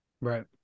Right